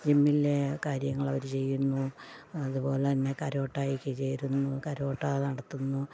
ജിമ്മില്ലെ കാര്യങ്ങളവര് ചെയ്യുന്നു അതുപോലെതന്നെ കരാട്ടെയ്ക്ക് ചേരുന്നു കരാട്ടെ നടത്തുന്നു